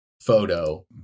photo